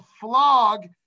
flog